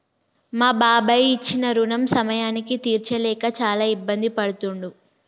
మా బాబాయి ఇచ్చిన రుణం సమయానికి తీర్చలేక చాలా ఇబ్బంది పడుతుండు